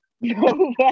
no